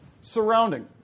surrounding